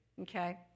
okay